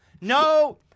No